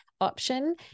option